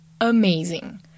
amazing